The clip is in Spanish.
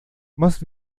más